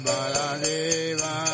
Baladeva